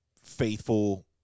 faithful